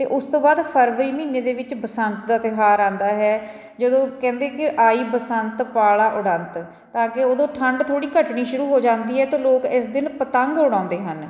ਅਤੇ ਉਸ ਤੋਂ ਬਾਅਦ ਫਰਵਰੀ ਮਹੀਨੇ ਦੇ ਵਿੱਚ ਬਸੰਤ ਦਾ ਤਿਉਹਾਰ ਆਉਂਦਾ ਹੈ ਜਦੋਂ ਕਹਿੰਦੇ ਕਿ ਆਈ ਬਸੰਤ ਪਾਲਾ ਉੜੰਤ ਤਾਂ ਕਿ ਉਦੋਂ ਠੰਡ ਥੋੜ੍ਹੀ ਘੱਟਣੀ ਸ਼ੁਰੂ ਹੋ ਜਾਂਦੀ ਹੈ ਤਾਂ ਲੋਕ ਇਸ ਦਿਨ ਪਤੰਗ ਉਡਾਉਂਦੇ ਹਨ